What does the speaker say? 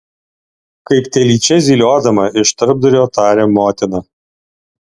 kaip telyčia zyliodama iš tarpdurio taria motina